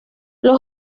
los